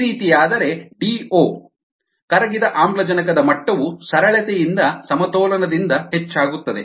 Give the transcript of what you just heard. ಈ ರೀತಿಯಾದರೆ ಡಿಒ ಕರಗಿದ ಆಮ್ಲಜನಕದ ಮಟ್ಟವು ಸರಳತೆಯಿಂದ ಸಮತೋಲನದಿಂದ ಹೆಚ್ಚಾಗುತ್ತದೆ